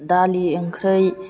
दालि ओंख्रै